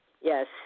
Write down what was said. yes